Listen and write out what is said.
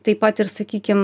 taip pat ir sakykim